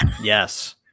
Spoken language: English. Yes